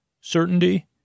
certainty